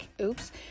oops